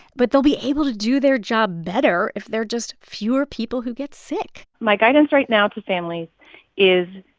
but they'll be able to do their job better if there are just fewer people who get sick my guidance right now to families is,